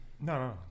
No